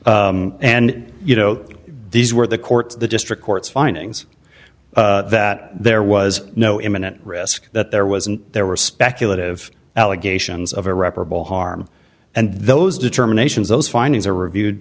and you know these were the courts the district court's findings that there was no imminent risk that there wasn't there were speculative allegations of irreparable harm and those determinations those findings are reviewed